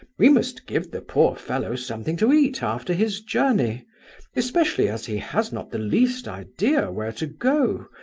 we must give the poor fellow something to eat after his journey especially as he has not the least idea where to go